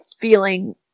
feeling